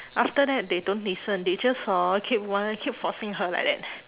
after that they don't listen they just hor keep want~ keep forcing her like that